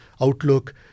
outlook